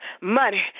Money